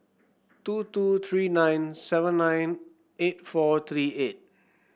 two two three nine seven nine eight four three eight